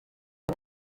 ari